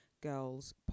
Girls